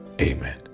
Amen